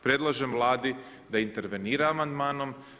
Predlažem Vladi da intervenira amandmanom.